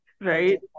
right